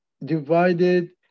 divided